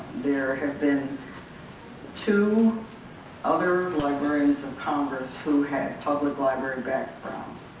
there have been two other librarians of congress who had public library backgrounds,